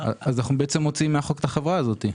אז אנחנו בעצם מוציאים מהחוק את החברה הזאתי?